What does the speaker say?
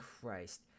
Christ